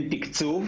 אין תקצוב